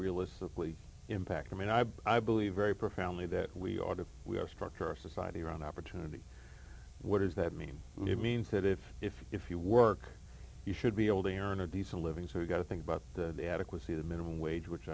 realistically impact i mean i i believe very family that we audit we are structure our society around opportunity what does that mean it means that if if if you work you should be able to hear in a decent living so you've got to think about the adequacy the minimum wage which